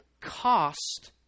cost